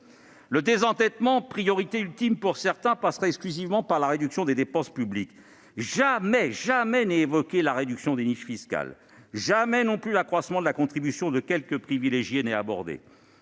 Le désendettement, priorité ultime pour certains, passerait exclusivement par la réduction des dépenses publiques. Il n'est jamais question d'une réduction des niches fiscales et d'un accroissement de la contribution de quelques privilégiés ! Rétablir